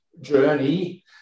journey